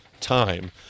Time